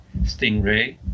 Stingray